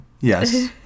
yes